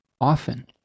often